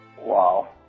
Wow